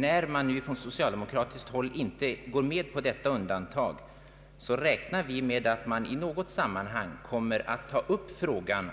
När man från socialdemokratiskt håll inte går med på detta undantang, är det klart att vi räknar med att man i något sammanhang kommer att ta upp frågan